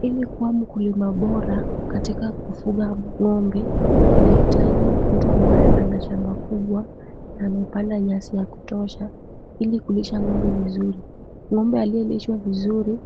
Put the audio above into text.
Ili kuwa mkulima bora katika kufuga ng'ombe, inahitaji mtu ambaye ana shamba kubwa na amepanda nyasi ya kutosha, ili kulisha ng'ombe vizuri. Ng'ombe aliyelishwa vizuri,